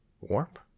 warp